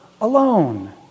alone